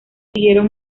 siguieron